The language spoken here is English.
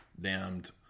damned